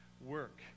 work